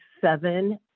seven